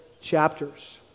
chapters